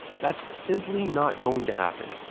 that's simply not going to happen.